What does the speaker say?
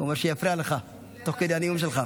הוא אמר שיפריע לך תוך כדי הנאום שלך.